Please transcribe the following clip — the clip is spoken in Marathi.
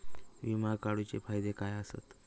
विमा काढूचे फायदे काय आसत?